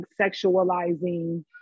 sexualizing